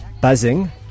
Buzzing